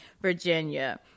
Virginia